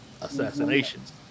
assassinations